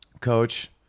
coach